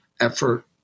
effort